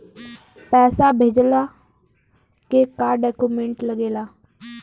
पैसा भेजला के का डॉक्यूमेंट लागेला?